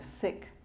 sick